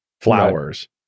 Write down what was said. flowers